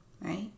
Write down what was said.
right